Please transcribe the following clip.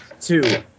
two